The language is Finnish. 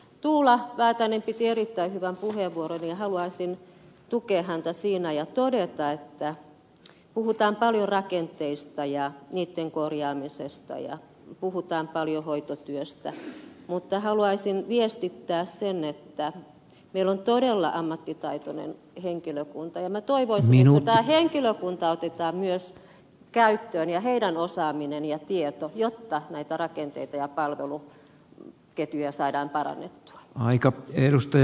tuula väätäinen piti erittäin hyvän puheenvuoron ja haluaisin tukea häntä siinä ja todeta että puhutaan paljon rakenteista ja niitten korjaamisesta ja puhutaan paljon hoitotyöstä mutta haluaisin viestittää sen että meillä on todella ammattitaitoinen henkilökunta ja minä toivoisin että tämä henkilökunta otetaan myös käyttöön ja heidän osaamisensa ja tietonsa jotta näitä rakenteita ja palveluketjuja saadaan parannettua